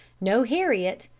no heriot,